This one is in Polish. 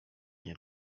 nie